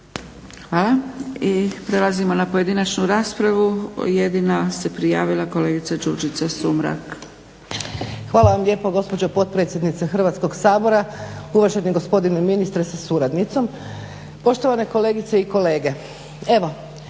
Hvala. I prelazimo na pojedinačnu raspravu. Jedina se prijavila kolegica Đurđica Sumrak. **Sumrak, Đurđica (HDZ)** Hvala vam lijepo gospođo potpredsjednice Hrvatskog sabora, uvaženi gospodine ministre sa suradnicom, poštovane kolegice i kolege.